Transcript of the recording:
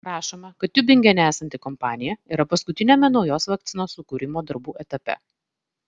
rašoma kad tiubingene esanti kompanija yra paskutiniame naujos vakcinos sukūrimo darbų etape